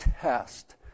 Test